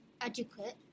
adequate